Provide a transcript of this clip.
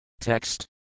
Text